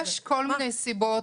יש כל מיני סיבות.